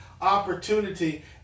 Opportunity